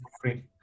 free